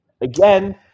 again